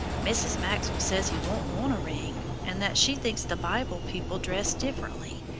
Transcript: mrs. maxwell says he won't want a ring, and that she thinks the bible people dressed differently,